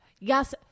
Yes